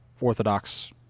Orthodox